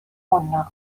حناق